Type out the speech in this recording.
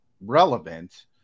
relevant